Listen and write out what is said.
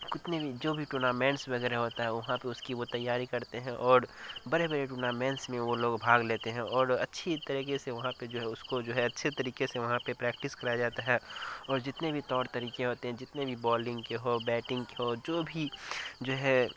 کتنے بھی جو بھی ٹورنامنٹس وغیرہ ہوتا ہے وہاں پہ اس کی وہ تیاری کرتے ہیں اور بڑے بڑے ٹورنامنٹس میں وہ لوگ بھاگ لیتے ہیں اور اچھی طریقے سے وہاں پہ جو ہے اس کو جو ہے اچھے طریقے سے وہاں پہ پریکٹس کرایا جاتا ہے اور جتنے بھی طور طریقے ہوتے ہیں جتنے بھی بولنگ کے ہو بیٹنگ کے ہو جو بھی جو ہے